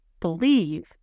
believe